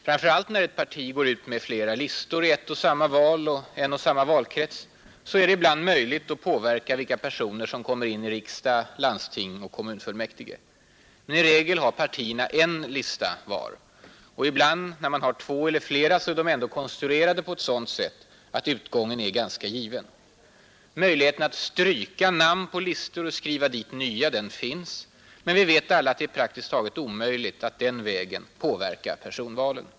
Framför allt när ett parti går ut med flera listor i ett och samma val och en och samma valkrets är det ibland möjligt att påverka vilka personer som kommer in i riksdag, landsting och kommunfullmäktige. Men i regel har partierna en lista var. Och ibland när man har två eller flera är de ändå konstruerade på ett sådant sätt att utgången är ganska given. Möjligheten att stryka namn på listor och skriva dit nya finns, men vi vet alla att det är praktiskt taget omöjligt att den vägen påverka personvalen.